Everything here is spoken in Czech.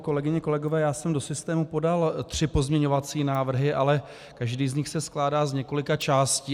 Kolegyně a kolegové, já jsem do systému podal tři pozměňovací návrhy, ale každý z nich se skládá z několika částí.